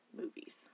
movies